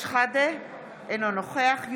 גם במבוגרים,